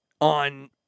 on